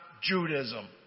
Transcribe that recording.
Judaism